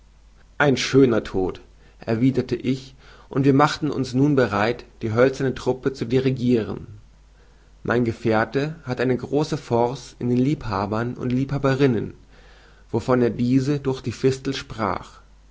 ein schöner tod erwiederte ich und wir machten uns nun bereit die hölzerne truppe zu dirigiren mein gefährte hatte große force in den liebhabern und liebhaberinnen wovon er diese durch die fistel sprach